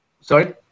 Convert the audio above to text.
Sorry